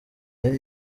yari